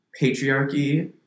Patriarchy